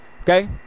Okay